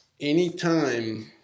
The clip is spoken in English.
Anytime